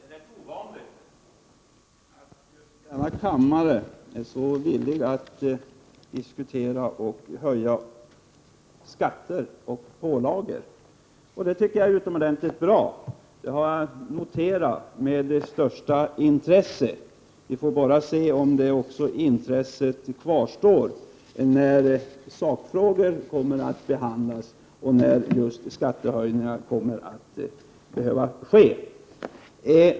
Fru talman! Det är rätt ovanligt att man just i denna kammare är så villig att diskutera och höja skatter och pålagor. Det tycker jag är utomordentligt bra. Jag har noterat detta med största intresse. Men vi får se om detta intresse kvarstår när sakfrågorna kommer att behandlas och då det kommer att behöva ske skattehöjningar.